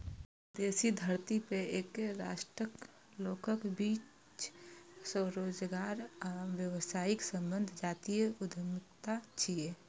विदेशी धरती पर एके राष्ट्रक लोकक बीच स्वरोजगार आ व्यावसायिक संबंध जातीय उद्यमिता छियै